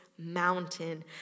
mountain